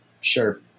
Sure